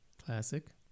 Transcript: Classic